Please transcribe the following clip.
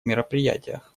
мероприятиях